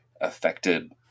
affected